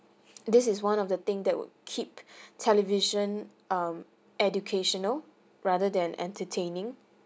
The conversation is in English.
this is one of the thing that would keep television um educational rather than entertaining